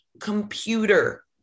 computer